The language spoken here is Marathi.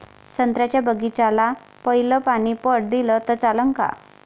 संत्र्याच्या बागीचाले पयलं पानी पट दिलं त चालन का?